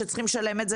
שצריכים לשלם את זה.